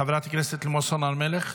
חברת הכנסת לימור סון הר מלך,